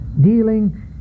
dealing